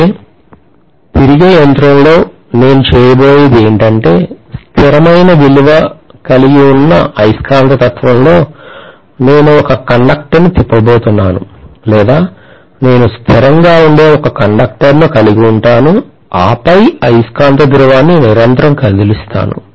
అయితే తిరిగే యంత్రంలో నేను చేయబోయేది ఏమిటంటే స్థిరమైన విలువను కలిగి ఉన్న అయస్కాంతత్వం లో నేను ఒక కండక్టర్ను తిప్పబోతున్నాను లేదా నేను స్థిరంగా ఉండే ఒక కండక్టర్ను కలిగి ఉంటాను ఆపై అయస్కాంత ధ్రువాన్ని నిరంతరం కదిలిస్తాను